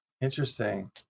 Interesting